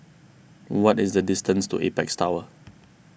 what is the distance to Apex Tower